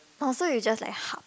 oh so you just like hug